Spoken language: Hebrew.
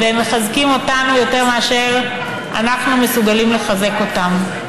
והם מחזקים אותנו יותר מאשר אנחנו מסוגלים לחזק אותם.